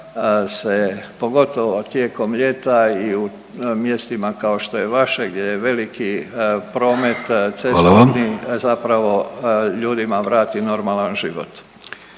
se pogotovo tijekom ljeta i u mjestima kao što je vaše gdje je veliki promet cestovni …/Upadica: Hvala vam./… zapravo ljudima vrati normalan život.